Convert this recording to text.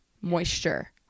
moisture